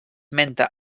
menta